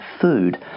food